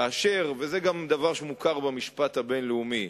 וזה גם דבר שמוכר במשפט הבין-לאומי,